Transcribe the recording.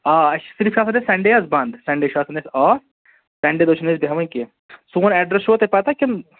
آ اَسہِ چھِ صِرف چھِ آسان اَسہِ سنٛڈے حظ بنٛد سنٛڈے چھُ آسان اَسہِ آف سنٛڈے دۅہ چھِنہٕ أسۍ بیٚہون کیٚنٛہہ سون ایٚڈریس چھُوا تۅہہِ پَتہٕ کِنہٕ